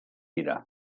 dira